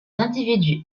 individus